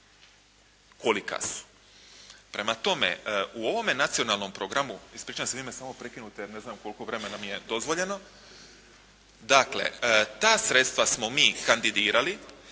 kolika su. Prema tome u ovom nacionalnom programu, ispričavam se, vi me samo prekinite jer ne znam koliko vremena mi je dozvoljeno. Dakle ta sredstva smo mi kandidirali